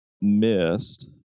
missed